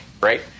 right